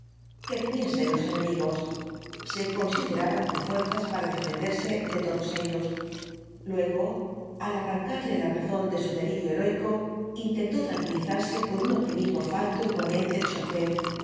que viniesen los enemigos se consideraba con fuerzas para defenderse de todos ellos luego al arrancarle la razón de su delirio heroico intentó tranquilizarse con un optimismo falto igualmente de solidez